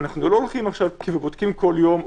אנחנו לא הולכים עכשיו ובודקים כל יום,